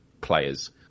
players